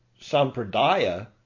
Sampradaya